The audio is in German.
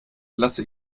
lasse